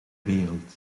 wereld